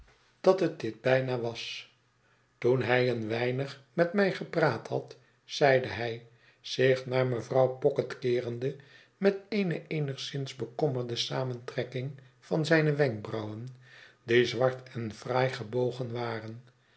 dat het dit bijna was toen hij een weinig met mij gepraat had zeide hij zich naar mevrouw pocket keerende met eene eenigszins oekommerde samentrekking van zijne wenkbrauwen die zwart en fraai gebogen waren